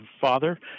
father